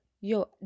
Yo